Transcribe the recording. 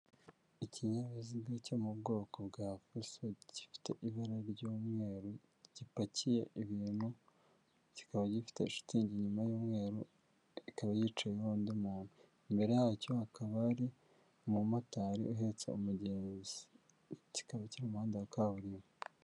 Ikinyabiziga cyo mu bwoko bwa fuso gifite ibara ry'umweru, gipakiye ibintu, kikaba gifite shitingi inyuma y'umweru, ikaba yicayeho undi muntu, imbere yacyo hakaba ari umumotari uhetse umugenzi, kikaba kiri mu muhanda wa kaburimbo.